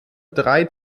drei